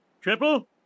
Triple